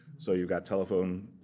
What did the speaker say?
so you've got telephone,